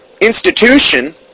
institution